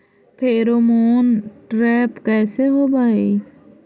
Pheromone trap कैसे होब हई?